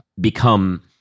become